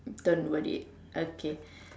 don't worry okay